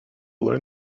learn